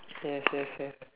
yes yes yes